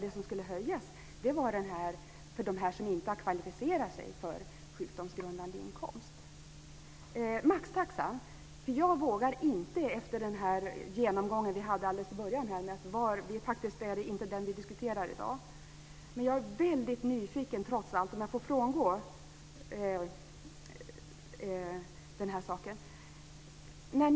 Det som skulle höjas var ersättningen till dem som inte har kvalificerat sig för sjukpenninggrundande inkomst. Vi diskuterar faktiskt inte maxtaxan i dag. Men jag är trots allt väldigt nyfiken på en sak.